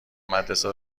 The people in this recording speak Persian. مدرسه